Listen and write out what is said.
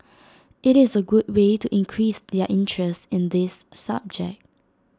IT is A good way to increase their interest in this subject